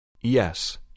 Yes